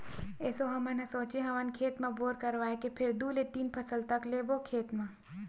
एसो हमन ह सोचे हवन खेत म बोर करवाए के फेर दू ले तीन फसल तक लेबो खेत म